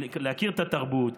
להכיר את התרבות.